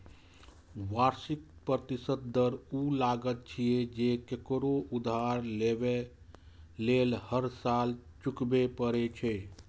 वार्षिक प्रतिशत दर ऊ लागत छियै, जे ककरो उधार लेबय लेल हर साल चुकबै पड़ै छै